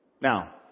Now